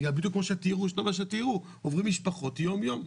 בגלל בדיוק כמו מה שתיארו שעוברות המשפחות יום-יום.